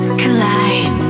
collide